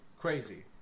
crazy